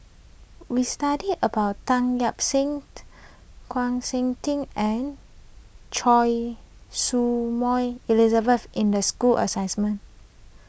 We studied about Tan Lip Seng Chng Seok Tin and Choy Su Moi Elizabeth in the school